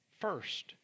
first